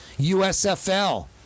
USFL